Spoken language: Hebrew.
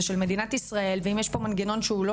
זה של מדינת ישראל ואם יש פה מנגנון שהוא לא